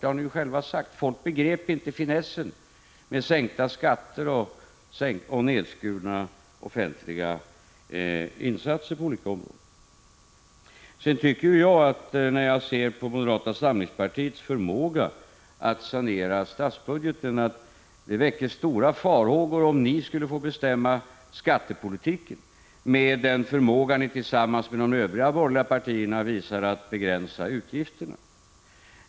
Ni har ju själva sagt att folk inte begrep finessen med sänkta skatter och nedskurna offentliga insatser på olika områden. När jag ser på moderata samlingspartiets förmåga att sanera statsbudgeten tycker jag att det väcker stora farhågor om ni skulle få bestämma skattepolitiken, med den förmåga som ni tillsammans med de övriga borgerliga partierna visar att begränsa utgifterna.